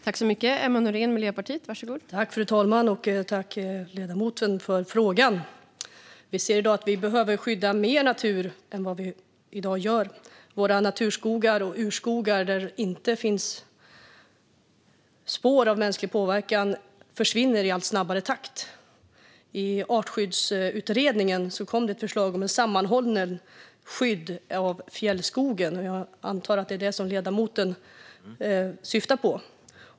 Fru talman! Jag tackar ledamoten för frågan. Vi ser att vi behöver skydda mer natur än vi gör i dag. Våra naturskogar och urskogar där det inte finns spår av mänsklig påverkan försvinner i allt snabbare takt. I Artskyddsutredningen kom det förslag om ett sammanhållet skydd av fjällskogen, och jag antar att det är det som ledamoten syftar på.